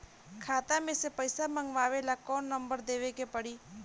खाता मे से पईसा मँगवावे ला कौन नंबर देवे के पड़ी?